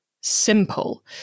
simple